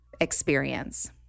experience